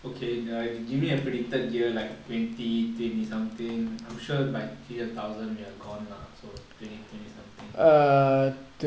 okay then give me a predicted year like twenty twenty something I'm sure by three thousand we are gone lah so twenty twenty something